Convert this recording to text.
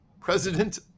President